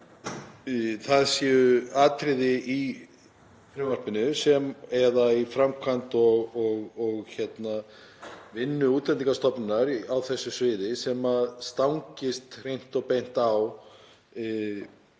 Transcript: það séu atriði í frumvarpinu eða í framkvæmd og vinnu Útlendingastofnunar á þessu sviði sem stangist hreint og beint á